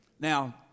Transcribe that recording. Now